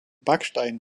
backsteinen